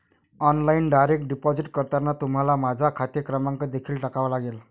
online direct deposit करताना तुम्हाला माझा खाते क्रमांक देखील टाकावा लागेल